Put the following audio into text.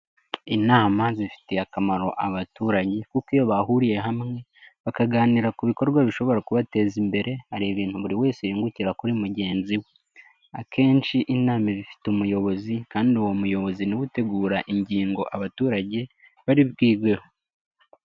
Inama zifitiye akamaro abaturanyi kuko iyo bahuriye hamwe, bakaganira ku bikorwa bishobora kubateza imbere, hari ibintu buri wese yungukira kuri mugenzi we. Akenshi inama iba ifite umuyobozi, kandi uwo muyobozi niwe utegura ingingo abaturage bari bwigeho.